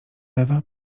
ewa